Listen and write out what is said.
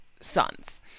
sons